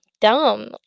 dumb